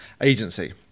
agency